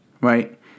right